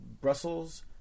Brussels